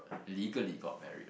legally got married